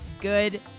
good